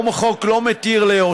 אנחנו עוברים להצעת חוק להגדלת שיעור